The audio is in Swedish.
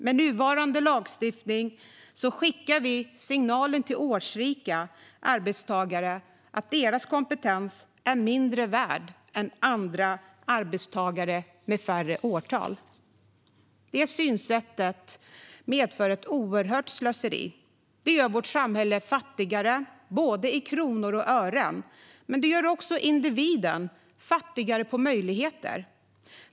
Med nuvarande lagstiftning skickar vi signalen till årsrika arbetstagare att deras kompetens är mindre värd än kompetensen hos arbetstagare med färre år på nacken. Det synsättet medför ett oerhört slöseri. Det gör inte bara vårt samhälle fattigare i kronor och i ören, utan det gör också individen fattigare på möjligheter.